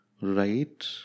right